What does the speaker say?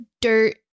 dirt